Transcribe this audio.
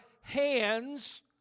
hands